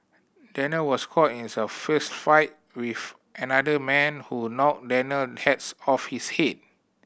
Daniel was caught in a fistfight with another man who knocked Daniel hats off his head